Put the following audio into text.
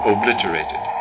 Obliterated